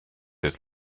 his